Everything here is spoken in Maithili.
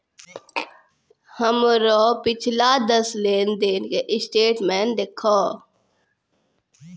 हमरो पिछला दस लेन देन के स्टेटमेंट देहखो